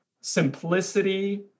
simplicity